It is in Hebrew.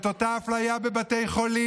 את אותה אפליה בבתי חולים.